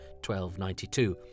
1292